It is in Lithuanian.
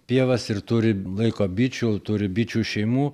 pievas ir turi laiko bičių turi bičių šeimų